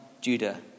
Judah